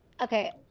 Okay